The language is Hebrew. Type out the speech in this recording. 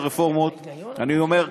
אני אומר,